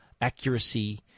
accuracy